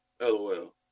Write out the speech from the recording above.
LOL